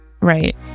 Right